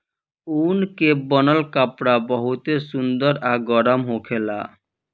ऊन के बनल कपड़ा बहुते सुंदर आ गरम होखेला